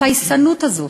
הפייסנות הזאת,